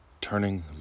Turning